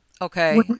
Okay